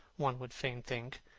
one would fain think,